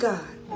God